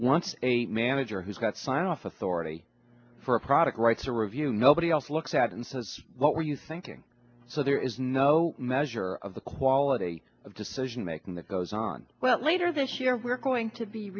once a manager who's got sign off authority for a product writes a review nobody else looks at and says what were you thinking so there is no measure of the quality of decision making that goes on well later this year we're going to be